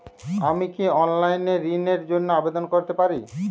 আমি কি অনলাইন এ ঋণ র জন্য আবেদন করতে পারি?